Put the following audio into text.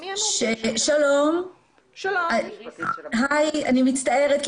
שלום, הי אני מצטערת.